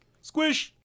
Squish